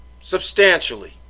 substantially